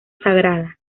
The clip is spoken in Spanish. sagrada